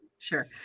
Sure